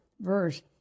verse